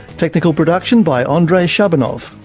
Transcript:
technical production by andrei shabunov,